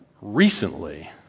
recently